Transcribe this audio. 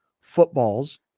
footballs